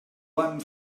one